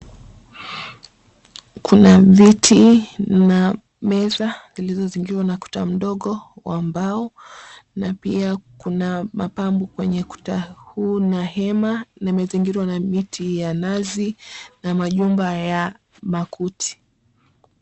Kuna viti na meza zilizozingirwa na kuta mdogo wa mbao na pia kuna mapambo kwenye kuta huu na hema, na imezingirwa na miti ya nazi na majumba ya makuti.